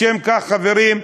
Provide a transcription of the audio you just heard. לשם כך, חברים,